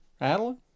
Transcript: Adeline